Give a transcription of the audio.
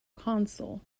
console